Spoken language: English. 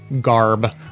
garb